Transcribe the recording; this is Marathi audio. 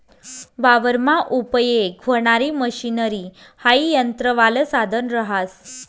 वावरमा उपयेग व्हणारी मशनरी हाई यंत्रवालं साधन रहास